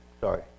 sorry